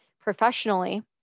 professionally